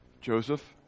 Joseph